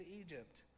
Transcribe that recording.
Egypt